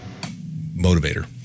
motivator